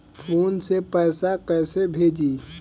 Phone से पैसा कैसे भेजी?